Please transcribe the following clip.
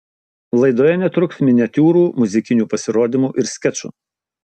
laidoje netruks miniatiūrų muzikinių pasirodymų ir skečų